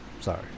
sorry